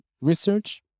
research